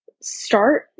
start